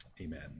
amen